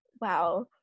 wow